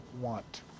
want